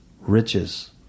riches